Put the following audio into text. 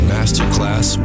Masterclass